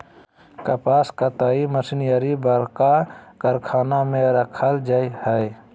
कपास कताई मशीनरी बरका कारखाना में रखल जैय हइ